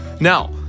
Now